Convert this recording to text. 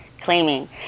claiming